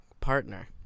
Partner